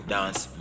Dance